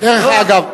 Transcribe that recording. דרך אגב,